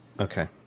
Okay